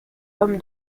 homme